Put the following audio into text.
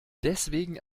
deswegen